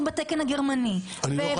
בתקן הגרמני --- אני לא אוכל לייצא.